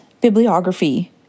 bibliography